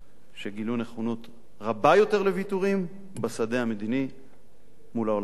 שגילו נכונות רבה יותר לוויתורים בשדה המדיני מול העולם הערבי.